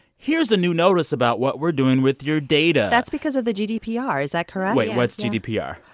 here's a new notice about what we're doing with your data that's because of the gdpr. is that correct? wait. what's gdpr,